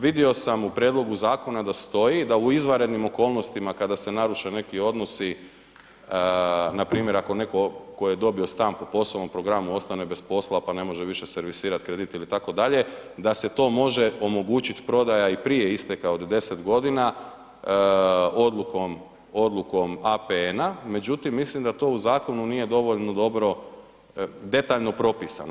Vidio sam u prijedlogu zakona da stoji da u izvanrednim okolnostima, kada se naruše neki odnosi, npr. ako netko tko je dobio stan po posebnom programu ostane bez posla pa ne može više servisirati kredit ili tako dalje, da se to može omogućiti prodaja i prije isteka od 10 godina odlukom APN-a, međutim mislim da to u zakonu nije dovoljno dobro detaljno propisano.